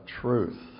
truth